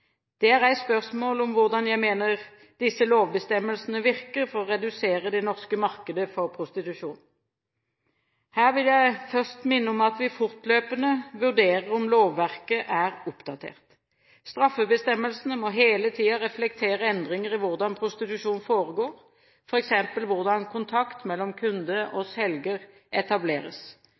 er reist spørsmål om hvordan jeg mener disse lovbestemmelsene virker for å redusere det norske markedet for prostitusjon. Her vil jeg først minne om at vi fortløpende vurderer om lovverket er oppdatert. Straffebestemmelsene må hele tiden reflektere endringer i hvordan prostitusjon foregår, f.eks. hvordan kontakt mellom kunde og selger etableres.